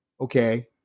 Okay